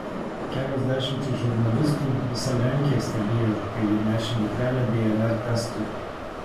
kelios dešimtys žurnalistų visa lenkija stebėjo kai ji nešė dukrelę dnr testui